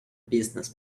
business